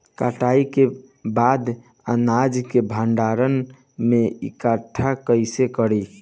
कटाई के बाद अनाज के भंडारण में इकठ्ठा कइसे करी?